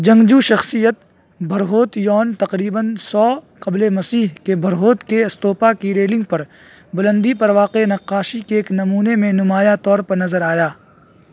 جنگجو شخصیت بھرہوت یون تقریباً سو قبل مسیح کے بھرہوت کے استوپا کی ریلنگ پر بلندی پر واقع نقاشی کے ایک نمونے میں نمایاں طور پر نظر آیا